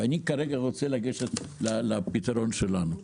אני רוצה לגשת לפתרון שלנו,